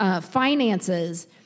Finances